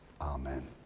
amen